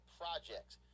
projects